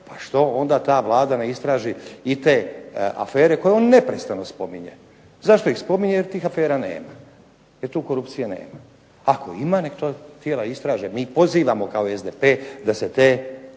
Pa što onda ta Vlada ne istraži i te afere koje on neprestane spominje. Zašto ih spominje? Jer tih afera nema. Jer tu korupcije nema. Ako ima, nek to tijela istraže, mi ih pozivamo kao SDP da se te